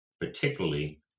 particularly